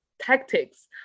tactics